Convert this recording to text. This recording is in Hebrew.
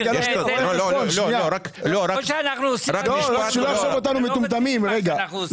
שלא יעשו אותנו מטומטמים רגע.